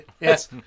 Yes